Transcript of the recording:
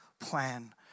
plan